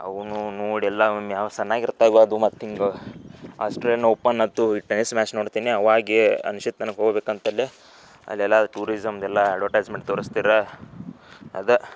ಅವನ್ನೂ ನೋಡಿ ಎಲ್ಲ ಅವ್ನು ಸಣ್ಣಗಿದ್ದಾಗ ಅದು ಮತ್ತು ಹಿಂಗೆ ಆಸ್ಟ್ರೇಲ್ನ್ ಓಪನ್ ಅಂತು ಈ ಟೆನಿಸ್ ಮ್ಯಾಚ್ ನೋಡ್ತೇನೆ ಅವಾಗೇ ಅನ್ಸಿತ್ ನನಗೆ ಹೋಗ್ಬೇಕಂತಲೇ ಅಲ್ಲೆಲ್ಲ ಟೂರಿಝಮ್ದು ಎಲ್ಲ ಅಡ್ವರ್ಟೈಸ್ಮೆಂಟ್ ತೋರಿಸ್ತೀರ ಅದು